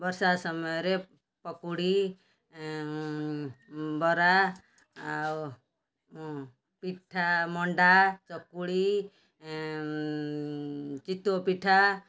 ବର୍ଷା ସମୟରେ ପକୁଡ଼ି ବରା ଆଉ ପିଠା ମଣ୍ଡା ଚକୁଳି ଚିତଉ ପିଠା